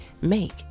make